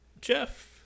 Jeff